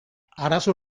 arazo